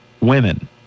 women